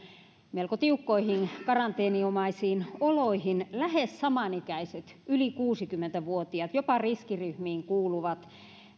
melko tiukkoihin karanteeninomaisiin oloihin lähes samanikäiset yli kuusikymmentä vuotiaat jopa riskiryhmiin kuuluvat